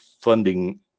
funding